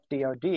DOD